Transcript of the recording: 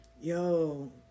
Yo